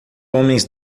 homens